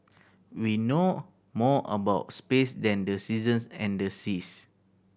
we know more about space than the seasons and the seas